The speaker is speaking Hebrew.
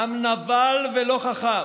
עם נבל ולא חכם,